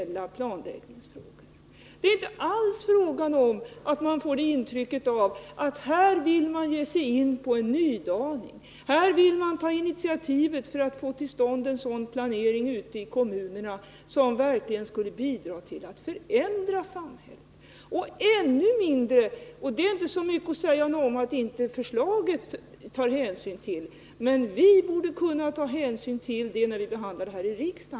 Man får inte alls intrycket att regeringen vill ge sig in på en nydaning, ta initiativ för att få till stånd en sådan planering ute i kommunerna som verkligen skulle bidra till att förändra samhället. Det är inte så mycket att säga om att förslaget inte tar hänsyn till utfallet av folkomröstningen, eftersom det är tillkommet innan.